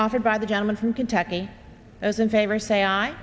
offered by the gentleman from kentucky as in favor say